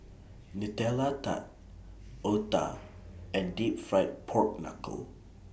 Nutella Tart Otah and Deep Fried Pork Knuckle